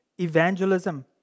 evangelism